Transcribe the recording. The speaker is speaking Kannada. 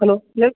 ಹಲೋ ಹೇಳಿ